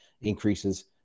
increases